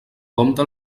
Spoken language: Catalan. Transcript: compte